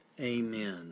amen